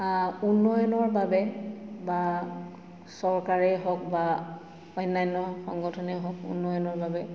উন্নয়নৰ বাবে বা চৰকাৰেই হওক বা অন্যান্য সংগঠনেই হওক উন্নয়নৰ বাবে